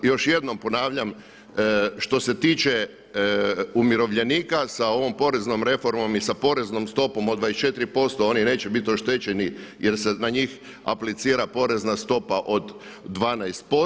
Još jednom ponavljam što se tiče umirovljenika sa ovom poreznom reformom i sa poreznom stopom od 24% oni neće bit oštećeni jer se na njih aplicira porezna stopa od 12%